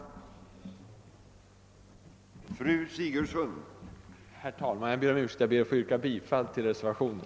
Herr talman! Jag ber att få yrka bifall till reservationen.